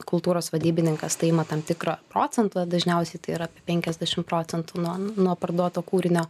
kultūros vadybininkas tai ima tam tikrą procentą dažniausiai tai yra apie penkiasdešim procentų nuo nuo parduoto kūrinio